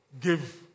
give